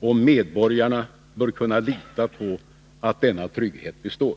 och medborgarna bör kunna lita på att denna trygghet består.